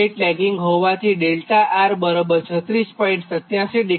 8 legging હોવાથી 𝛿𝑅 36